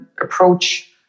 approach